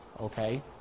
Okay